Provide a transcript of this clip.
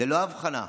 ללא הבחנה,